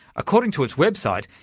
according to its website,